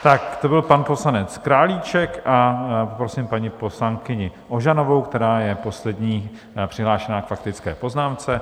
To byl pan poslanec Králíček a poprosím paní poslankyni Ožanovou, která je poslední přihlášenou k faktické poznámce.